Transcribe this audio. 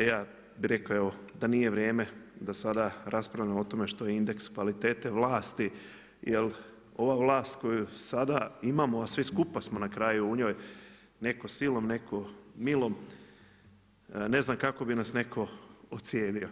ja bih rekao evo da nije vrijeme da sada raspravljamo o tome što je indeks kvalitete vlasti jer ova vlast koju sada imamo a svi skupa smo na kraju u njoj, netko silom, netko milom, ne znam kako bi nas netko ocijenio.